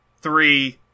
three